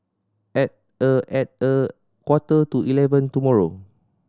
at a at a quarter to eleven tomorrow